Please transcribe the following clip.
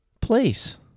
place